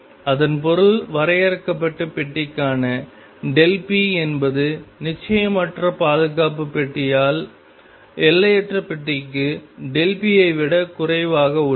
இதன் பொருள் வரையறுக்கப்பட்ட பெட்டிக்கான p என்பது நிச்சயமற்ற பாதுகாப்பு பெட்டியால் எல்லையற்ற பெட்டிக்கு p ஐ விட குறைவாக உள்ளது